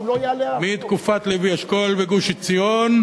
מתקופת לוי אשכול וגוש-עציון,